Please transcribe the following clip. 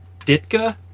Ditka